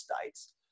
states